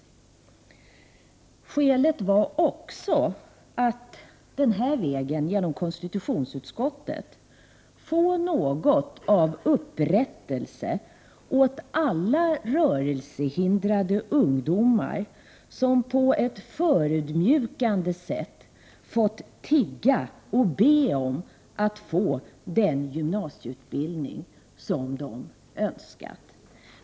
Avsikten var också att den här vägen genom konstitutionsutskottet få något av upprättelse åt alla rörelsehindrade ungdomar som på ett förödmjukande sätt fått tigga och be om att få den gymnasieutbildning som de önskar.